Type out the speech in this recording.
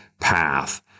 path